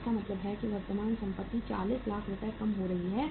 तो इसका मतलब है कि वर्तमान संपत्ति 40 लाख रुपये कम हो रही है